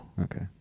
Okay